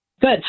Good